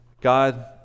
God